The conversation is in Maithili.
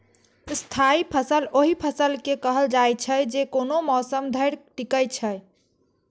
स्थायी फसल ओहि फसल के कहल जाइ छै, जे कोनो मौसम धरि टिकै छै